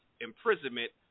imprisonment